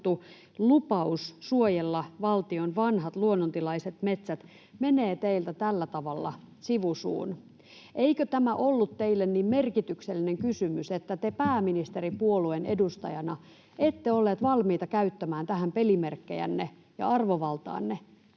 lupaus suojella valtion vanhat luonnontilaiset metsät menee teiltä tällä tavalla sivu suun? Eikö tämä ollut teille niin merkityksellinen kysymys, että te pääministeripuolueen edustajana olisitte ollut valmis käyttämään tähän pelimerkkejänne ja arvovaltaanne?